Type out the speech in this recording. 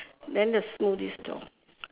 then the smoothie stall